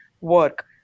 work